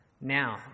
Now